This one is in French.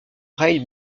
rail